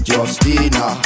Justina